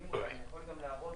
מכינים ואני יכול גם להראות.